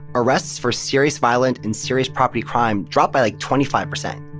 arrests for serious violent and serious property crime dropped by, like, twenty five percent.